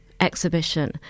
exhibition